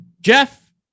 Jeff